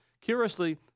Curiously